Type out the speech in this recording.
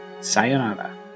Sayonara